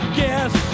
guess